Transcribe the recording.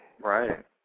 right